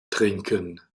trinken